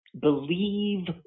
believe